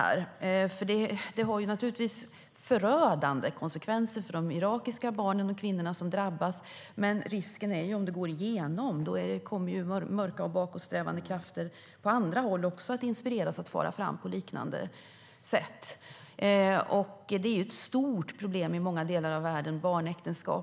Det här skulle naturligtvis få förödande konsekvenser för de irakiska barnen och kvinnorna. Men risken är också att mörka och bakåtsträvande krafter på andra håll inspireras att fara fram på liknande sätt. Barnäktenskap är ett stort problem i många delar av världen.